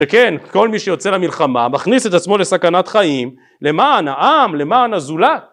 וכן כל מי שיוצא למלחמה מכניס את עצמו לסכנת חיים למען העם למען הזולת